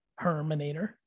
Herminator